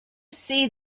see